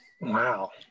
Wow